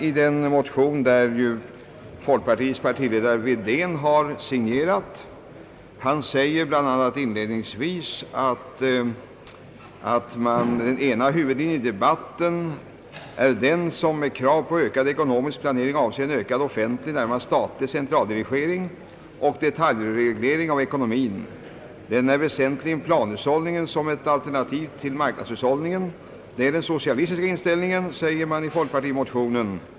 I motionen, som folkpartiledaren Wedén har signerat, sägs bl.a. i inledningen: »Den ena huvudlinjen i debatten är den som med krav på ökad ekonomisk planering avser en ökad offentlig, närmast statlig centraldirigering och = detaljreglering av ekonomin. Den ser väsentligen ”planhushållningen” som ett alternativ till marknadshushållningen; det är den socialistiska inställningen.